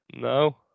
No